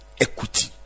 equity